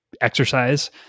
exercise